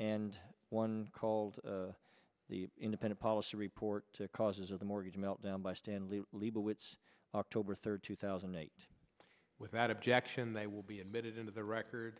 and one called the independent policy report the causes of the mortgage meltdown by stanley liebowitz october third two thousand and eight without objection they will be admitted into the record